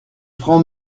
francs